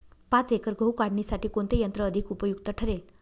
पाच एकर गहू काढणीसाठी कोणते यंत्र अधिक उपयुक्त ठरेल?